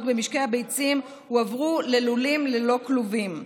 במשקי הביצים הועברו ללולים ללא כלובים,